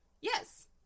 Yes